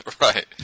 Right